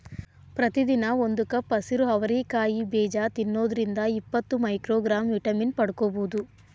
ಪ್ರತಿದಿನ ಒಂದು ಕಪ್ ಹಸಿರು ಅವರಿ ಕಾಯಿ ಬೇಜ ತಿನ್ನೋದ್ರಿಂದ ಇಪ್ಪತ್ತು ಮೈಕ್ರೋಗ್ರಾಂ ವಿಟಮಿನ್ ಪಡ್ಕೋಬೋದು